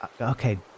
okay